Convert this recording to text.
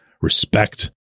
respect